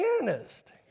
pianist